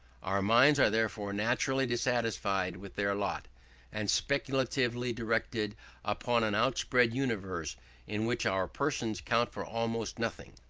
our minds are therefore naturally dissatisfied with their lot and speculatively directed upon an outspread universe in which our persons count for almost nothing.